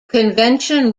convention